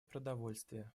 продовольствия